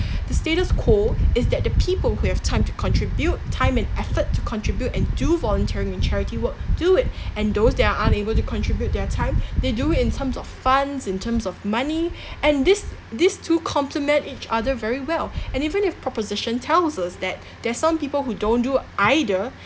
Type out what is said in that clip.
the status quo is that the people who have time to contribute time and effort to contribute and do volunteering and charity work do it and those that are unable to contribute their time they do it in terms of funds in terms of money and these these two compliment each other very well and even if proposition tells us that there's some people who don't do either